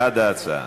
בעד ההצעה.